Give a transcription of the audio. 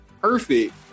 perfect